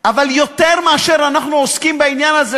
אבל יותר מאשר אנחנו עוסקים בעניין הזה,